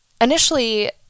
initially